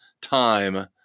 time